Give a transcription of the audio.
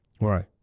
Right